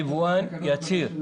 היבואן יצהיר.